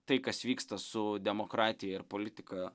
tai kas vyksta su demokratija ir politika